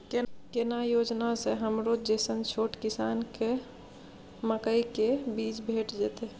केना योजना स हमरो जैसन छोट किसान के मकई के बीज भेट जेतै?